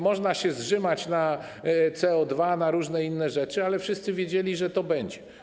Można się zżymać na CO2, na różne inne rzeczy, ale wszyscy wiedzieli, że to będzie.